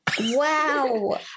Wow